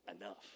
enough